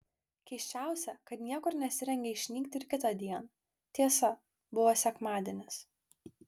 keisčiausia kad niekur nesirengė išnykti ir kitądien tiesa buvo sekmadienis